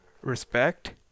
respect